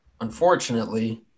unfortunately